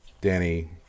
Danny